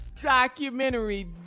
documentary